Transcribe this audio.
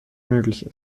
möglich